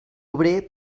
obrer